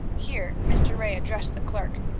here mr. ray addressed the clerk,